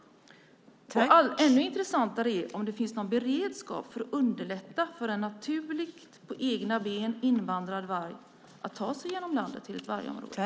Ännu intressantare att veta är om det finns någon beredskap för att underlätta för en naturligt, på egna ben, invandrad varg att ta sig genom landet till ett vargområde.